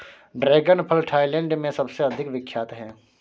dragon फल Thailand में सबसे अधिक विख्यात है